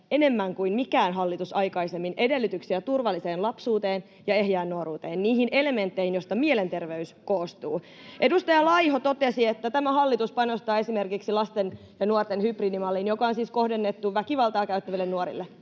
enemmän kuin mikään hallitus aikaisemmin edellytyksiä turvalliseen lapsuuteen [Juho Eerola: Ai niin kuin koronarajoitukset?] ja ehjään nuoruuteen, niihin elementteihin, joista mielenterveys koostuu. Edustaja Laiho totesi, että tämä hallitus panostaa esimerkiksi lasten ja nuorten hybridimalliin, joka on siis kohdennettu väkivaltaa käyttäville nuorille